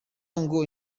ngo